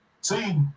See